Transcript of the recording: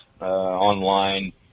online